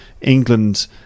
England